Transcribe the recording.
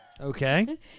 Okay